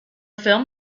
film